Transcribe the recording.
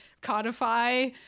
codify